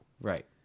Right